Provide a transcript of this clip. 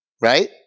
right